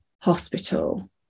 hospital